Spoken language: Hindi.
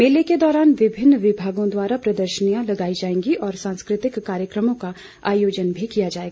मेले के दौरान विभिन्न विभागों द्वारा प्रर्दशनियां लगाई जाएंगी और सांस्कृतिक कार्यक्रमों का आयोजन भी किया जाएगा